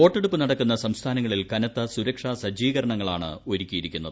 വോട്ടെടുപ്പ് നടക്കുന്ന സംസ്ഥാനങ്ങളിൽ കനത്തു സ്ഥുരക്ഷാ സജ്ജീകരണങ്ങളാണ് ഒരുക്കിയിരിക്കുന്നത്